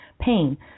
pain